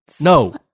No